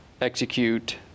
execute